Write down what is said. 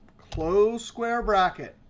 close square bracket,